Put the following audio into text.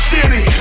City